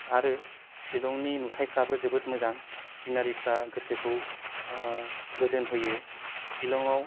आरो शिलंनि नुथायफ्राबो जोबोद मोजां सिनारिफ्रा गोसोखौ गोजोनहोयो शिलङाव